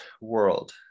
world